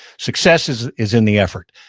success is is in the effort.